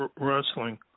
wrestling